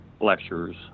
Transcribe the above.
lectures